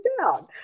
down